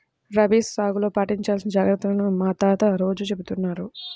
రబీ సాగులో పాటించాల్సిన జాగర్తలను మా తాత రోజూ చెబుతున్నారు